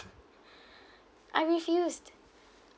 I refused